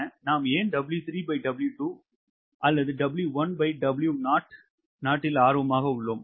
நாம் ஏன் 𝑊3W2 𝑊3W2 அல்லது 𝑊1W0 இல் ஆர்வமாக உள்ளோம்